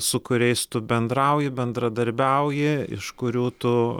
su kuriais tu bendrauji bendradarbiauji iš kurių tu